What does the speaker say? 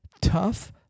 tough